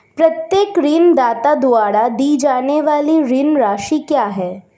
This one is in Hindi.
प्रत्येक ऋणदाता द्वारा दी जाने वाली ऋण राशि क्या है?